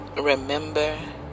Remember